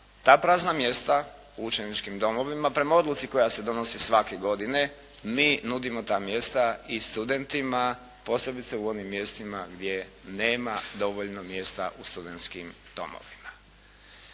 ta prazna mjesta u učeničkim domovima prema odluci koja se donosi svake godine, mi nudimo ta mjesta i studentima posebice u onim mjestima gdje nema dovoljno mjesta u studentskim domovima.